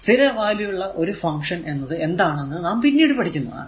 ഈ സ്ഥിര വാല്യൂ ഉള്ള ഒരു ഫങ്ക്ഷൻ എന്നത് എന്താണെന്നു നാം പിന്നീട് പഠിക്കുന്നതാണ്